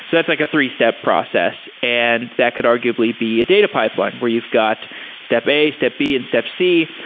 that's like a three-step process, and that could arguably be a data pipeline where you've got step a, step b, and step c.